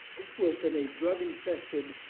this was in a drug-infested,